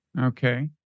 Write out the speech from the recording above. Okay